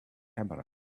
camera